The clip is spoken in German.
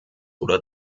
oder